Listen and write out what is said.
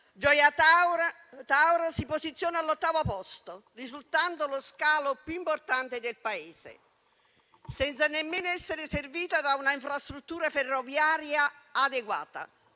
Gioia Tauro si posiziona all'ottavo posto, risultando lo scalo più importante del Paese, senza nemmeno essere servita da una infrastruttura ferroviaria adeguata.